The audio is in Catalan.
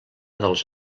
dels